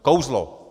Kouzlo!